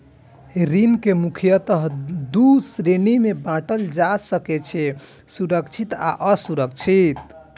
ऋण कें मुख्यतः दू श्रेणी मे बांटल जा सकै छै, सुरक्षित आ असुरक्षित